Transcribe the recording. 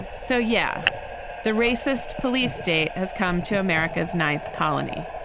so yeah the racist police state has come to america's ninth colony.